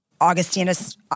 Augustinus